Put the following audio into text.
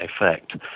effect